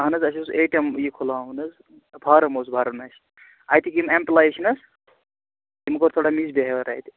اَہن حظ اَسہِ اوس اے ٹی اٮ۪م یہِ کھُلاوُن حظ فارم اوس بَرُن اَسہِ اَتِکۍ یِم اٮ۪مپلاے چھِنَہ حظ تِمو کوٚر تھوڑا مِس بہیور اَتہِ